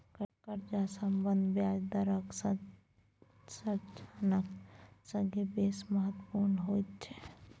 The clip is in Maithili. कर्जाक सम्बन्ध ब्याज दरक संरचनाक संगे बेस महत्वपुर्ण होइत छै